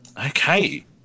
okay